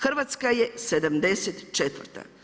Hrvatska je 74.